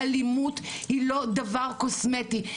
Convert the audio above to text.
אלימות היא לא דבר קוסמטי,